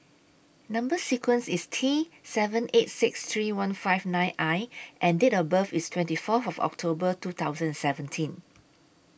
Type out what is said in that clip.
Number sequence IS T seven eight six three one five nine I and Date of birth IS twenty four of October two thousand seventeen